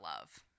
love